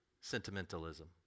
Sentimentalism